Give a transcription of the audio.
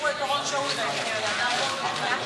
חבר הכנסת יעקב מרגי, ואחריו,